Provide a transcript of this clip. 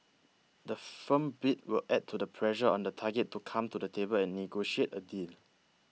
the firm bid will add to the pressure on the target to come to the table and negotiate a deal